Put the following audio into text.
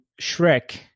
shrek